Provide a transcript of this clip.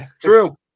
True